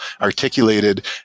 articulated